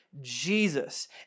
Jesus